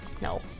No